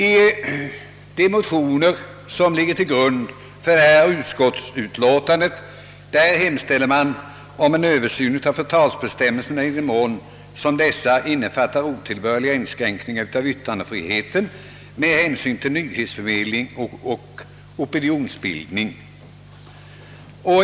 I de motioner som ligger till grund för detta utskottsutlåtande hemställer man om en översyn av förtalsparagraferna i den mån som dessa innefattar otillbörlig inskränkning av yttrandefriheten med hänsyn till nyhetsförmed ling och opinionsbildning.